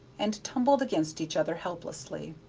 and tumbled against each other helplessly.